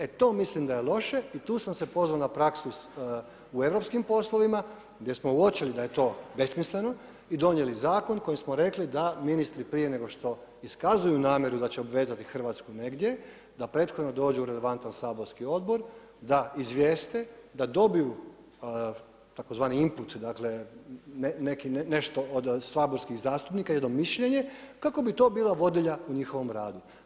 E to mislim da je loše i tu sam se pozvao na praksu u europskim poslovima, gdje smo uočili da je to besmisleno i donijeli zakon kojim smo rekli da ministri prije nego što iskazuju namjeru da će obvezati Hrvatsku negdje, da prethodno dođu u relevantan saborski odbor, da izvijeste, da dobiju tzv. input, nešto od saborskog zastupnika, jedno mišljenje, kako bi to bila vodilja u njihovom radu.